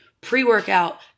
pre-workout